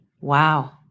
Wow